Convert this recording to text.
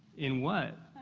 in what?